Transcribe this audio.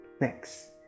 Next